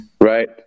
Right